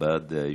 הבעת דעה אישית,